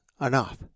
enough